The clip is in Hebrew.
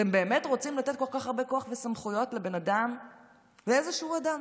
אתם באמת רוצים לתת כל כך הרבה כוח וסמכויות לאיזשהו אדם?